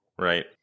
right